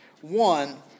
One